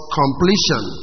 completion